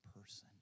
person